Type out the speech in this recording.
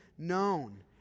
known